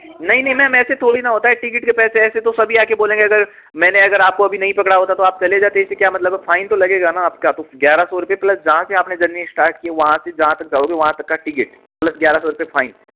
नहीं नहीं मेम ऐसे थोड़ी न होता है टिकट के पैसे ऐसे तो सभी आकर बोलेंगे अगर मैंने अगर आपको अभी नहीं पकड़ा होता तो आप चले जाते ऐसे क्या मतलब है फाइन तो लगेगा न आपका तो ग्यारह सौ रुपये प्लस जहाँ से आपने जर्नी स्टार्ट की है वहाँ से जहाँ तक जाओगे वहाँ तक का टिकट प्लस ग्यारह सौ रुपये फाइन